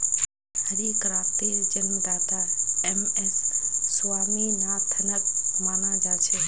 हरित क्रांतिर जन्मदाता एम.एस स्वामीनाथनक माना जा छे